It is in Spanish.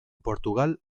portugal